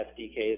SDKs